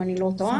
אם אני לא טועה,